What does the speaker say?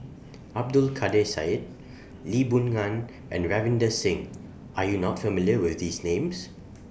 Abdul Kadir Syed Lee Boon Ngan and Ravinder Singh Are YOU not familiar with These Names